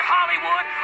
Hollywood